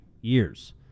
years